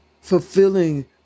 Fulfilling